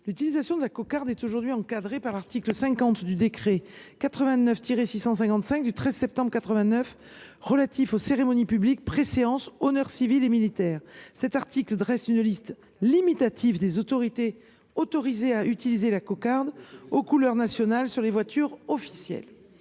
l’utilisation de la cocarde est encadrée par l’article 50 du décret n° 89 655 du 13 septembre 1989 relatif aux cérémonies publiques, préséances, honneurs civils et militaires. Cet article dresse une liste limitative des autorités autorisées à utiliser la cocarde aux couleurs nationales sur les voitures officielles.